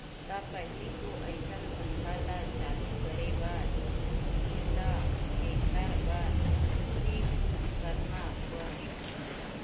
त पहिली तो अइसन धंधा ल चालू करे बर तुही ल एखर बर उदिम करना परही